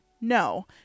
No